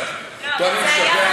מה?